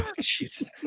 Jesus